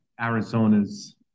Arizona's –